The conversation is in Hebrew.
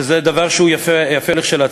שזה דבר שהוא יפה כשלעצמו.